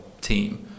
team